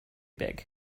big